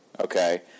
Okay